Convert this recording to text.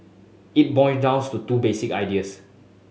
it boil down to two basic ideas